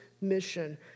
mission